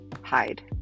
hide